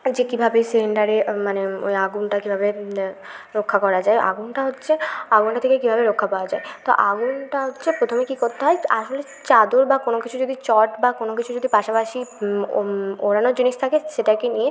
যে কীভাবে সিলিন্ডারে মানে ওই আগুনটা কীভাবে রক্ষা করা যায় আগুনটা হচ্ছে আগুনটা থেকে কীভাবে রক্ষা পাওয়া যায় তো আগুনটা হচ্ছে প্রথমে কী করতে হয় আসলে চাদর বা কোনও কিছু যদি চট বা কোনও কিছু যদি পাশাপাশি ওড়ানোর জিনিস থাকে সেটাকে নিয়ে